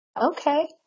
Okay